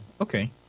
okay